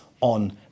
on